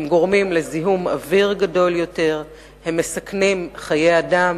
לזיהום אוויר ולסיכון חיי אדם.